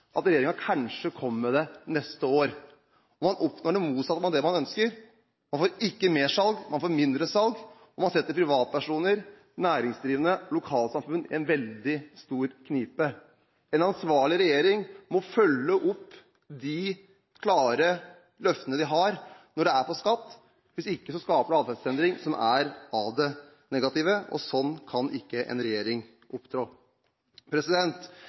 at regjeringen kanskje kommer med det neste år. Man oppnår det motsatte av det man ønsker – man får ikke mer salg, man får mindre salg, og man setter privatpersoner, næringsdrivende og lokalsamfunn i en veldig stor knipe. En ansvarlig regjering må følge opp de klare løftene de har når det gjelder skatt. Hvis ikke skaper man atferdsendring som er av det negative, og sånn kan ikke en regjering